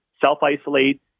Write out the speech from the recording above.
self-isolate